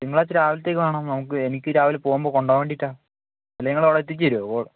തിങ്കളാഴ്ച രാവിലത്തേക്ക് വേണം നമുക്ക് എനിക്ക് രാവിലെ പോകുമ്പോള് കൊണ്ടുപോകാന് വേണ്ടിയിട്ടാണ് അല്ലെങ്കില് നിങ്ങളവിടെ എത്തിച്ചുതരുമോ